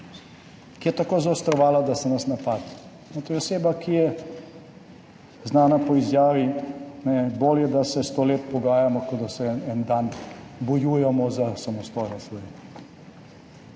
ki je tako zaostrovala, da so nas napadli. In to je oseba, ki je znana po izjavi: »Bolje, da se 100 let pogajamo, kot da se en dan bojujemo za samostojno